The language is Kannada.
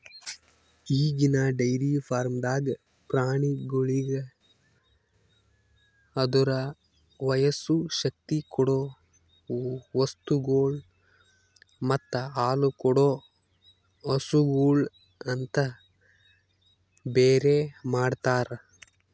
ಈಗಿನ ಡೈರಿ ಫಾರ್ಮ್ದಾಗ್ ಪ್ರಾಣಿಗೋಳಿಗ್ ಅದುರ ವಯಸ್ಸು, ಶಕ್ತಿ ಕೊಡೊ ವಸ್ತುಗೊಳ್ ಮತ್ತ ಹಾಲುಕೊಡೋ ಹಸುಗೂಳ್ ಅಂತ ಬೇರೆ ಮಾಡ್ತಾರ